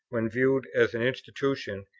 when viewed as an institution,